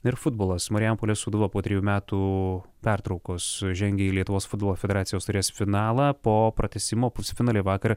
ir futbolas marijampolės sūduva po trejų metų pertraukos žengė į lietuvos futbolo federacijos taurės finalą po pratęsimo pusfinalyje vakar